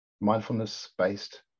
mindfulness-based